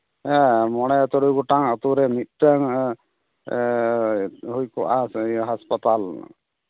ᱦᱮᱸ ᱢᱚᱬᱮ ᱛᱩᱨᱩᱭ ᱜᱚᱴᱟᱝ ᱟᱹᱛᱩ ᱨᱮ ᱢᱤᱫᱴᱟᱹᱱ ᱦᱩᱭ ᱠᱚᱜᱼᱟ ᱥᱮ ᱱᱤᱭᱟᱹ ᱦᱟᱥᱯᱟᱛᱟᱞ